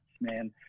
man